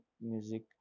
music